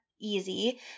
easy